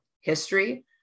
history